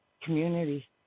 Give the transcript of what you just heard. community